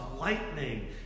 lightning